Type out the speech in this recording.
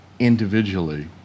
individually